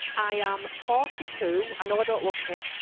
i am forty two. i know i don't look it